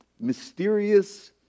mysterious